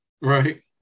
Right